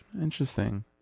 Interesting